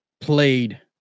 played